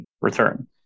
return